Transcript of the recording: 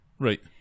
Right